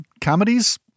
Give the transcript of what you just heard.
comedies